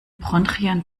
bronchien